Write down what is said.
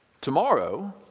Tomorrow